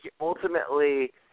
ultimately